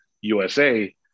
USA